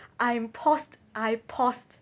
I'm paused I paused